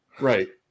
Right